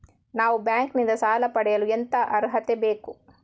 ನಾವು ಬ್ಯಾಂಕ್ ನಿಂದ ಸಾಲ ಪಡೆಯಲು ಎಂತ ಅರ್ಹತೆ ಬೇಕು?